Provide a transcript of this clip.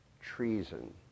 treason